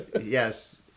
Yes